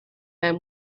man